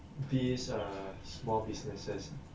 these err small businesses